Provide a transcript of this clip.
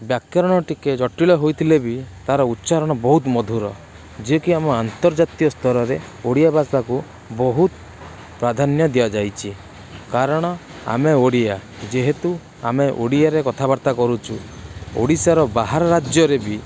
ବ୍ୟାକରଣ ଟିକେ ଜଟିଳ ହୋଇଥିଲେ ବି ତାର ଉଚ୍ଚାରଣ ବହୁତ ମଧୁର ଯେ କି ଆମର ଆନ୍ତର୍ଜାତୀୟ ସ୍ତରରେ ଓଡ଼ିଆ ଭାଷାକୁ ବହୁତ ପ୍ରାଧ୍ୟାନ୍ୟ ଦିଆଯାଇଛି କାରଣ ଆମେ ଓଡ଼ିଆ ଯେହେତୁ ଆମେ ଓଡ଼ିଆରେ କଥାବାର୍ତା କରୁଛୁ ଓଡ଼ିଶାର ବାହାର ରାଜ୍ୟ ରେ ବି